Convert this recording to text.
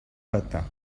matin